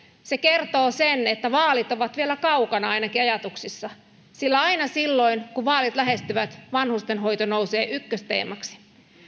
se kertoo sen että vaalit ovat vielä kaukana ainakin ajatuksissa sillä aina silloin kun vaalit lähestyvät vanhustenhoito nousee ykkösteemaksi